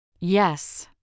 Yes